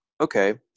Okay